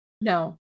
No